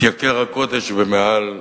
התייקר ה"קוטג'" במעל 150%,